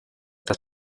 tras